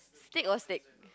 steak or stake